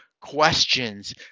questions